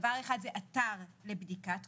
דבר אחד זה אתר לבדיקת קורונה,